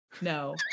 No